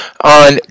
on